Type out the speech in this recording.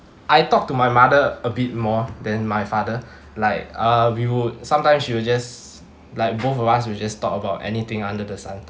I talk to my mother a bit more than my father like uh we would sometimes she will just like both of us we just talk about anything under the sun